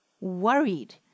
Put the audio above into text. Worried